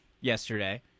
yesterday